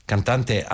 cantante